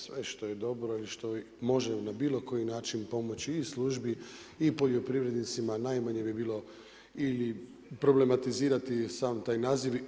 Sve što je dobro i što može na bilo koji način pomoći i službi i poljoprivrednicima, najmanje bi bilo i problematizirati i sam taj naziv.